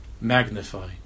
magnify